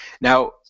Now